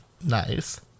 Nice